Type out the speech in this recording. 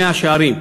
במאה-שערים.